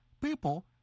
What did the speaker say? people